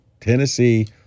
Tennessee